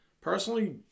Personally